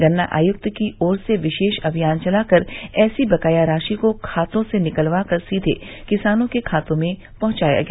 गन्ना आयुक्त की ओर से विशेष अभियान चलाकर ऐसी बकाया राशि को खातों से निकलवा कर सीधे किसानों के खातें में पहुंचाया गया